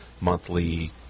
monthly